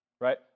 right